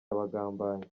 abagambanyi